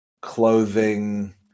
clothing